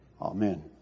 Amen